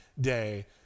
day